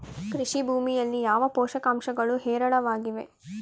ಕೃಷಿ ಭೂಮಿಯಲ್ಲಿ ಯಾವ ಪೋಷಕಾಂಶಗಳು ಹೇರಳವಾಗಿವೆ?